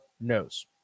knows